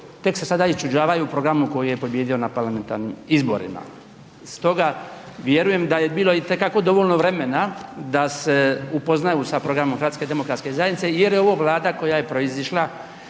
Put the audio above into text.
tek se sada iščuđavaju programu koji je pobijedio na parlamentarnim izborima. Stoga vjerujem da je bilo itekako dovoljno vremena da se upoznaju sa programom HDZ-a jer je ovo vlada koja je proizišla